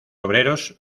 obreros